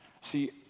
See